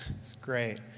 that's great!